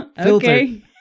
Okay